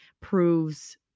proves